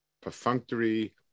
perfunctory